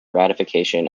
ratification